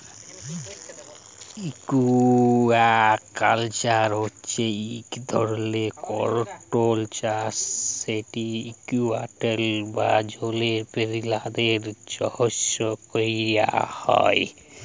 aquaculture হছে ইক ধরলের কল্ট্রোল্ড চাষ যেট একুয়াটিক বা জলের পেরালিদের জ্যনহে ক্যরা হ্যয়